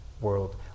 world